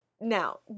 Now